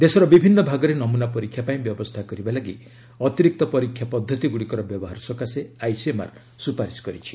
ଦେଶର ବିଭିନ୍ନ ଭାଗରେ ନମୁନା ପରୀକ୍ଷା ପାଇଁ ବ୍ୟବସ୍ଥା କରିବା ଲାଗି ଅତିରିକ୍ତ ପରୀକ୍ଷା ପଦ୍ଧତି ଗୁଡ଼ିକର ବ୍ୟବହାର ସକାଶେ ଆଇସିଏମ୍ଆର୍ ସୁପାରିଶ କରିଛି